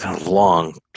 long